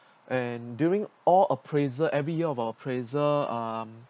and during all appraiser every year of appraiser um